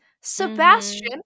Sebastian